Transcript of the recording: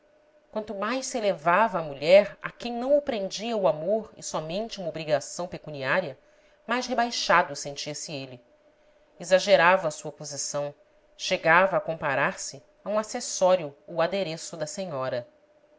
quanto mais se elevava a mulher a quem não o prendia o amor e somente uma obrigação pecuniária mais rebaixado sentia-se ele exagerava sua posição chegava a comparar se a um acessório ou adereço da senhora